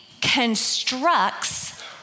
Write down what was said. constructs